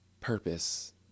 purpose